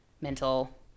mental